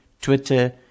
Twitter